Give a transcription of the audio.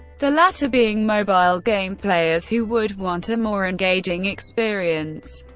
the latter being mobile game players who would want a more engaging experience,